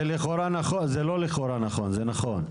זה לא לכאורה נכון, זה נכון.